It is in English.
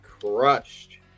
crushed